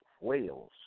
whales